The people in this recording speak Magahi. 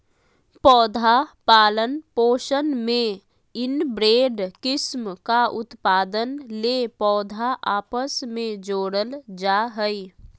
पौधा पालन पोषण में इनब्रेड किस्म का उत्पादन ले पौधा आपस मे जोड़ल जा हइ